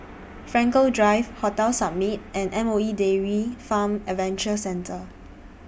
Frankel Drive Hotel Summit and M O E Dairy Farm Adventure Centre